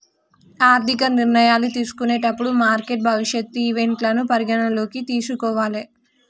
ఆర్థిక నిర్ణయాలు తీసుకునేటప్పుడు మార్కెట్ భవిష్యత్ ఈవెంట్లను పరిగణనలోకి తీసుకోవాలే